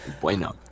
Bueno